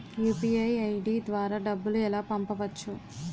UPI ID ద్వారా డబ్బులు ఎలా పంపవచ్చు?